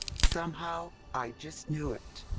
somehow, i just knew it.